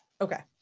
okay